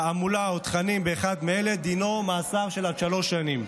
תעמולה או תכנים באחד מאלה" דינו מאסר של עד שלוש שנים: